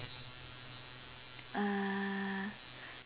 uh